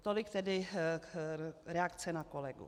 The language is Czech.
Tolik tedy reakce na kolegu.